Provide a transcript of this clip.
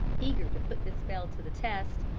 eager to put this spell to the test,